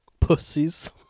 Pussies